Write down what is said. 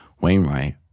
Wainwright